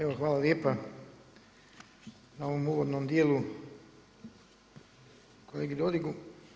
Evo hvala lijepa na ovom uvodnom djelu kolegi Dodigu.